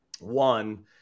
one